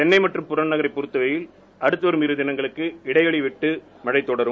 சென்னை மற்றம் புறநகரை பொறுத்தவரையில் அடுத்து வரும் இரு தினங்களுக்கு இடவெளி விட்டு மழை கொடரும்